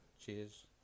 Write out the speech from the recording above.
Cheers